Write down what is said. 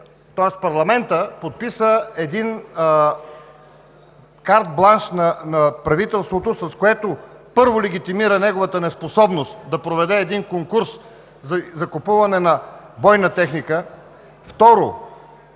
парламентът подписа картбланш на правителството, с което, първо, легитимира неговата неспособност да проведе един конкурс за закупуване на бойна техника. Второ,